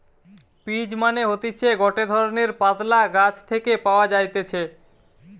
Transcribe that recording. peach মানে হতিছে গটে ধরণের পাতলা গাছ থেকে পাওয়া যাইতেছে